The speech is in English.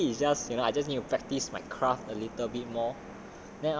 err ya maybe it's just you know I just need to practise my craft a little bit more